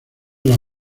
las